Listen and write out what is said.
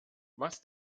was